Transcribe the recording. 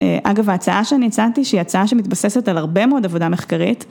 אגב, ההצעה שאני הצעתי שהיא הצעה שמתבססת על הרבה מאוד עבודה מחקרית